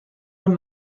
have